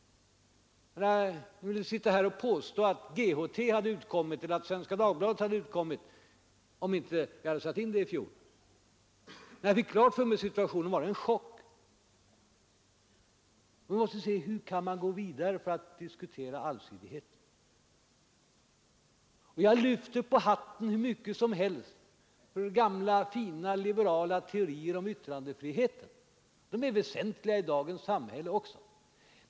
Vem vill här påstå att GHT eller Svenska Dagbladet hade utkommit, om vi inte hade satt in detta bidrag i fjol? När jag fick situationen klar för mig blev det något av en chock. Vi måste undersöka hur man kan gå vidare för att diskutera allsidigheten. Jag lyfter hatten hur mycket som helst för gamla fina liberala teorier om yttrandefriheten. De är väsentliga i dagens samhälle.